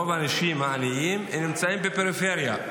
רוב האנשים העניים נמצאים בפריפריה,